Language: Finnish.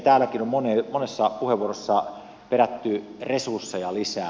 täälläkin on monessa puheenvuorossa perätty resursseja lisää